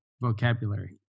vocabulary